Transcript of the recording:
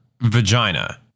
vagina